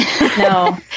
No